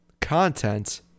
content